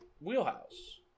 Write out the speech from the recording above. wheelhouse